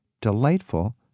delightful